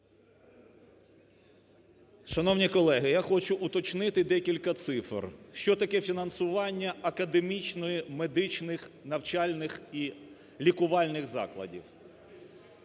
Шановні колеги! Я хочу уточнити декілька цифр? Що таке фінансування академічної, медичних, навчальних і лікувальних закладів?